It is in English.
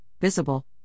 visible